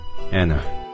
Anna